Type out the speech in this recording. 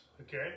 okay